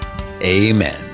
Amen